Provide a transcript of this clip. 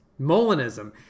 Molinism